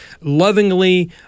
lovingly